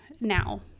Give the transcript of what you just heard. now